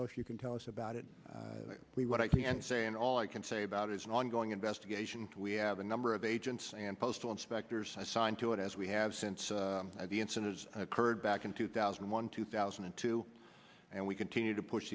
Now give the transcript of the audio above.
else you can tell us about it what i can say and all i can say about it is an ongoing investigation we have a number of agents and postal inspectors assigned to it as we have since the incentives occurred back in two thousand and one two thousand and two and we continue to push